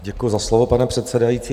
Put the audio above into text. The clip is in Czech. Děkuji za slovo, pane předsedající.